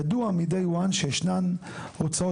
ידוע מ-day one שישנן הוצאות,